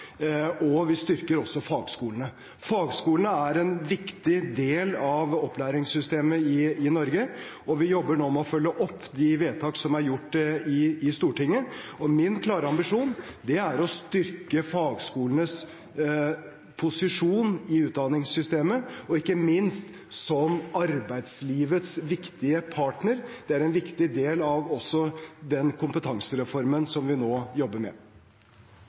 og vi styrker fagskolene. Fagskolene er en viktig del av opplæringssystemet i Norge, og vi jobber nå med å følge opp de vedtakene som er gjort i Stortinget. Min klare ambisjon er å styrke fagskolenes posisjon i utdanningssystemet, og ikke minst som arbeidslivets viktige partner. Det er også en viktig del av den kompetansereformen som vi nå jobber med.